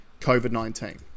COVID-19